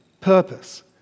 purpose